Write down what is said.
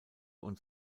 und